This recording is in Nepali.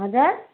हजुर